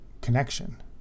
connection